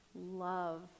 love